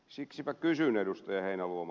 siksipä kysyn ed